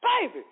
baby